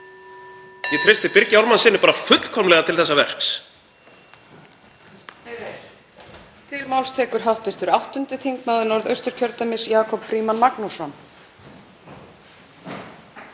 Ég treysti Birgi Ármannssyni bara fullkomlega til þessa verks.